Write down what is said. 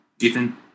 Ethan